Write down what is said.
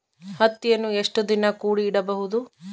ಹತ್ತಿಯನ್ನು ಎಷ್ಟು ದಿನ ಕೂಡಿ ಇಡಬಹುದು?